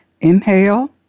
inhale